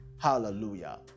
Hallelujah